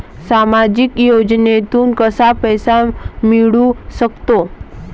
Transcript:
सामाजिक योजनेतून कसा पैसा मिळू सकतो?